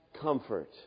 comfort